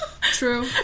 True